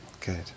good